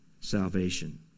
salvation